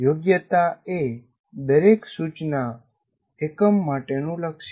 યોગ્યતા એ દરેક સૂચના એકમ માટેનું લક્ષ્ય છે